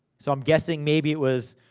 so, i'm guessing, maybe it was.